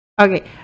okay